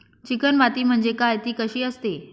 Chicken माती म्हणजे काय? ति कशी असते?